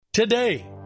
Today